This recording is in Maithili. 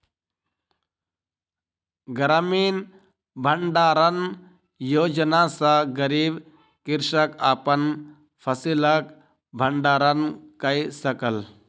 ग्रामीण भण्डारण योजना सॅ गरीब कृषक अपन फसिलक भण्डारण कय सकल